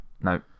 no